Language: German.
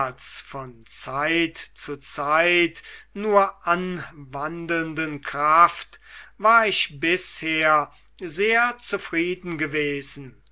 von zeit zu zeit nur anwandelnden kraft war ich bisher sehr zufrieden gewesen